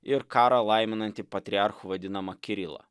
ir karą laiminantį patriarchu vadinamą kirilą